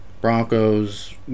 Broncos